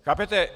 Chápete?